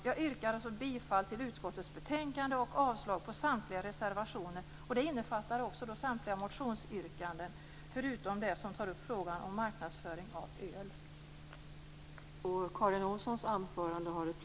Jag yrkar alltså bifall till utskottets hemställan och avslag på samtliga reservationer. Det innefattar samtliga motionsyrkanden förutom det som gäller frågan om marknadsföring av öl.